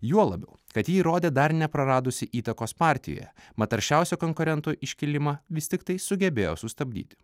juo labiau kad ji įrodė dar nepraradusi įtakos partijoje mat aršiausio konkurento iškilimą vis tiktai sugebėjo sustabdyti